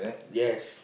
yes